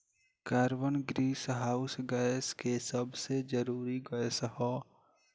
carbon greenhouse gas के सबसे जरूरी गैस ह